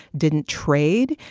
didn't trade,